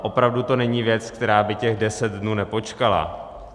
Opravdu to není věc, která by těch 10 dnů nepočkala.